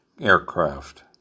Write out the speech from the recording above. aircraft